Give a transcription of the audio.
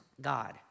God